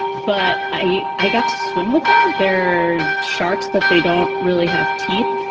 but i i got to swim with them. they're sharks, but they don't really have teeth.